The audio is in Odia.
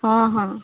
ହଁ ହଁ